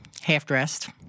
half-dressed